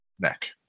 neck